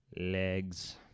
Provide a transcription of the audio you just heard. Legs